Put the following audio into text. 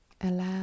allow